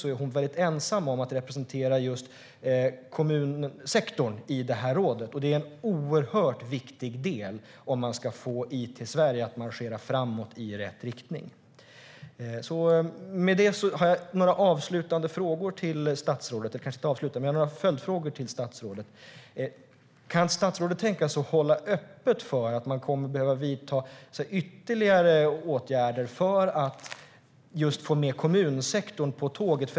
Men hon är ensam representant för kommunsektorn i rådet, och kommunsektorn är en mycket viktig del om vi ska få it-Sverige att marschera framåt i rätt riktning. Jag har några följdfrågor till statsrådet. Kan statsrådet hålla öppet för att man kommer att behöva vidta ytterligare åtgärder för att få med just kommunsektorn på tåget?